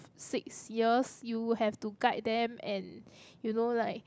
six years you will have to guide them and you know like